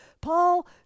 Paul